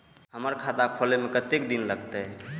हमर खाता खोले में कतेक दिन लगते?